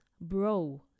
Bro